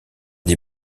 des